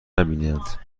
نبینند